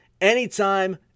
anytime